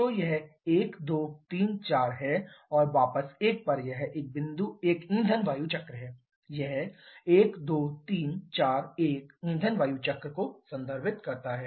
तो यह 1 2 3 4 है और वापस 1 पर यह एक ईंधन वायु चक्र है यह 1 2 3 4 1 ईंधन वायु चक्र को संदर्भित करता है